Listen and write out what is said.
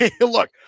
Look